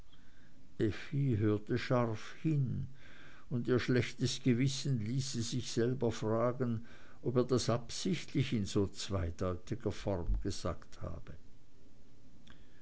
hörte scharf hin und ihr schlechtes gewissen ließ sie selber fragen ob er das absichtlich in so zweideutiger form gesagt habe